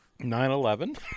9/11